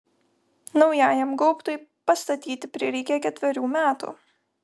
naujajam gaubtui pastatyti prireikė ketverių metų